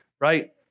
right